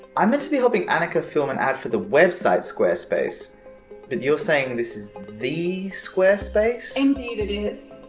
i'm meant to be helping annika film an ad for the website squarespace but you're saying this is the squarespace? indeed it is.